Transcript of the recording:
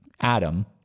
Adam